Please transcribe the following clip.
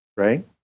Right